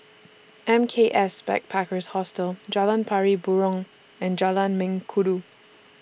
M K S Backpackers Hostel Jalan Pari Burong and Jalan Mengkudu